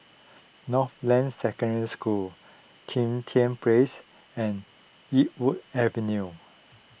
Northland Secondary School Kim Tian Place and Yarwood Avenue